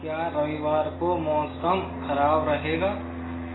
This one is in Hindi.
क्या रविवार को मौसम खराब रहेगा